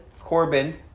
Corbin